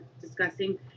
discussing